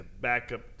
backup